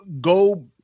go